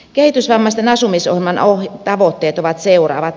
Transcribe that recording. kehitysvammaisten asumisohjelman tavoitteet ovat seuraavat